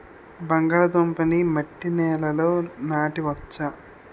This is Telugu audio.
బంగాళదుంప నీ మట్టి నేలల్లో నాట వచ్చా?